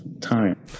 time